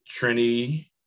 Trini